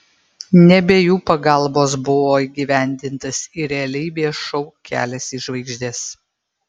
ne be jų pagalbos buvo įgyvendintas ir realybės šou kelias į žvaigždes